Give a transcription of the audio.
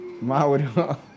Mauro